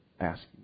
asking